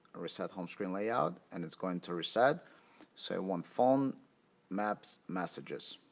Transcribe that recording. reset home screen layout and it's going to reset say one phone maps messages.